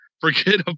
Forget